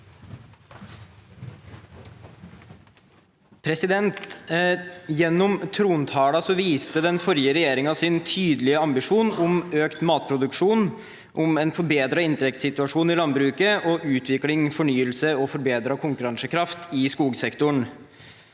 Gjennom trontalen viste den forrige regjeringen sin tydelige ambisjon om økt matproduksjon, om en forbedret inntektssituasjon i landbruket og om utvikling, fornyelse og forbedret konkurransekraft i skogsektoren.